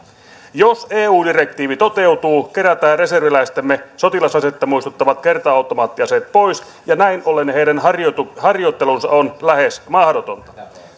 jos eu direktiivi toteutuu kerätään reserviläistemme sotilasasetta muistuttavat kerta automaattiaseet pois ja näin ollen heidän harjoittelunsa on lähes mahdotonta